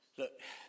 look